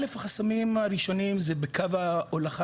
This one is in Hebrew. א' החסמים הראשונים זה בקו ההולכה,